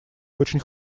очень